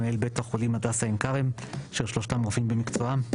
מנהל בית החולים הדסה עין כרם אשר שלושתם רופאים במקצועם'.